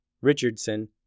Richardson